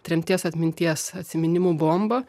tremties atminties atsiminimų bomba